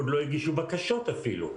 עוד לא הגישו בקשות אפילו.